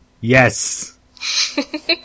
Yes